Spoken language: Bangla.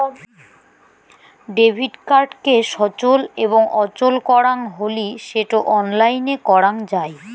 ডেবিট কার্ডকে সচল এবং অচল করাং হলি সেটো অনলাইনে করাং যাই